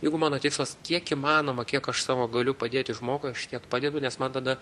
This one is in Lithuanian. jeigu mano tikslas kiek įmanoma kiek aš savo galiu padėti žmogui aš tiek padedu nes man tada